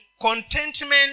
Contentment